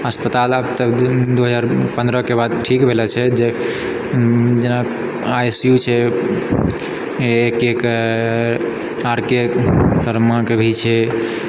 अस्पतालके आबऽ तऽ दू हजार पन्द्रहके बाद ठीक भेल छै जे जेना आइ सी यू छै एकर आर के शर्माके भी छै